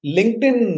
LinkedIn